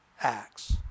acts